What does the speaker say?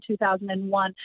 2001